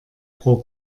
pro